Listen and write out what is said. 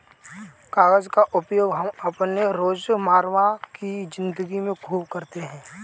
कागज का उपयोग हम अपने रोजमर्रा की जिंदगी में खूब करते हैं